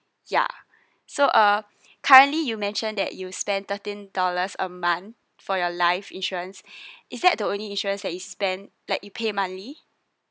ya so uh currently you mentioned that you spend thirteen dollars a month for your life insurance is that the only insurance that you spend like you pay monthly